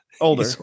Older